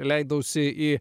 leidausi į